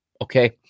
Okay